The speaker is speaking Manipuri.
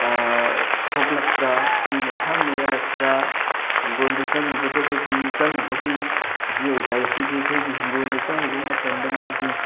ꯁꯣꯛꯂꯛꯄ꯭ꯔꯥ ꯃꯤꯅ ꯊꯥꯡꯅ ꯌꯥꯜꯂꯛꯄ꯭ꯔꯥ ꯍꯤꯡꯒꯣꯜꯗ ꯆꯪꯉꯨꯕꯗꯕꯒꯤ ꯆꯪꯉꯨꯕꯒꯤ ꯃꯤꯑꯣꯏꯕ ꯍꯥꯏꯁꯤꯗꯤ ꯑꯩꯈꯣꯏꯒꯤ ꯍꯤꯡꯒꯣꯜꯗ ꯆꯪꯉꯨꯕ ꯃꯇꯝꯗ ꯃꯥꯒꯤ